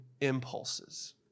impulses